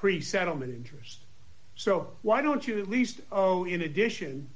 pre settlement interest so why don't you at least oh in addition